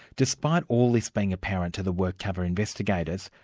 despite all this being apparent to the workcover investigators,